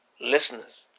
listeners